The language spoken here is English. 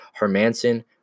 Hermanson